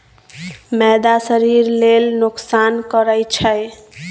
मैदा शरीर लेल नोकसान करइ छै